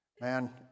man